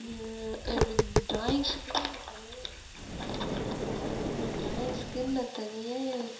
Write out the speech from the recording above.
டிராயிங்ஸுக்குனு தனியாக டிராயிங்ஸுக்குனு நான் தனியாக